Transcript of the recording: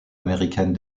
américaine